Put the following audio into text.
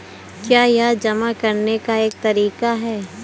क्या यह जमा करने का एक तरीका है?